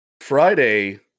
Friday